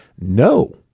No